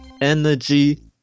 energy